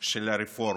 של הרפורמה.